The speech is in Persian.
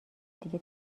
دیگه